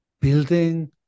building